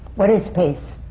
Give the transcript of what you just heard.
what is pace?